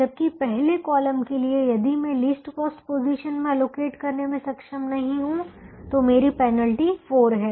जबकि पहले कॉलम के लिए यदि मैं लीस्ट कॉस्ट पोजीशन में एलोकेट करने में सक्षम नहीं हूं तो मेरी पेनल्टी 4 है